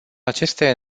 aceste